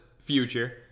future